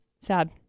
Sad